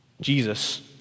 Jesus